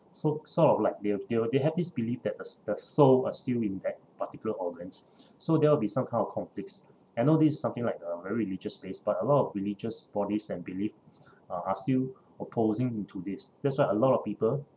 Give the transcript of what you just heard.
so sort of like they'll they'll they have this belief that the s~ the soul are still in that particular organs so there'll be some kind of conflicts I know this is something like uh very religious-based but a lot of religious bodies and belief uh are still opposing to this that's why a lot of people